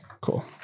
Cool